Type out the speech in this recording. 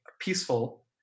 peaceful